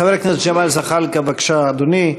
חבר הכנסת ג'מאל זחאלקה, בבקשה, אדוני.